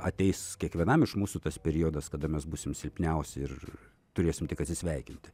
ateis kiekvienam iš mūsų tas periodas kada mes būsim silpniausi ir turėsime tik atsisveikinti